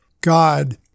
God